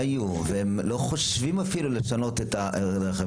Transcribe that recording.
הם אפילו לא חושבים לשנות את המקום.